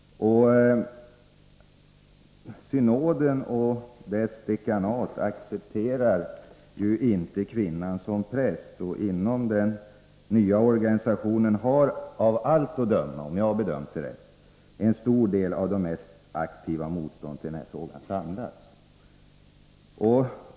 Synoden och dess dekanat accepterar ju inte kvinnan som präst, och inom den nya organisationen har av allt att döma — om jag har förstått saken rätt — samlats en stor del av de mest aktiva motståndarna i denna fråga.